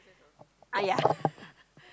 ah yeah